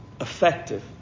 effective